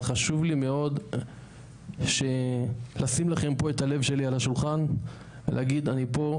אבל חשוב לי מאוד לשים לכם פה את הלב שלי על השולחן ולהגיד אני פה,